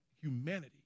Humanity